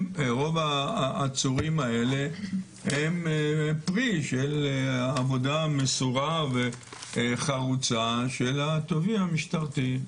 רוב העצורים האלה הם פרי של עבודה מסורה וחרוצה של התובע המשטרתי.